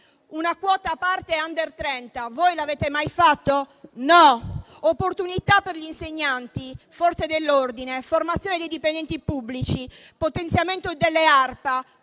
è riservata agli *under* 30. Voi l'avete mai fatto? No. Opportunità per gli insegnanti, Forze dell'ordine, formazione dei dipendenti pubblici, potenziamento delle